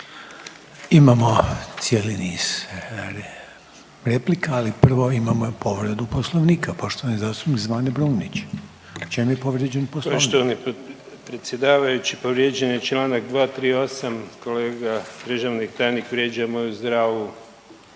Imamo cijeli niz replika, ali prvo imamo povredu Poslovnika, poštovani zastupnik Zvane Brumnić, u čemu je povrijeđen Poslovnik? **Brumnić, Zvane (Nezavisni)** Poštovani predsjedavajući, povrijeđen je čl. 238, kolega državni tajnik vrijeđa moju zdravu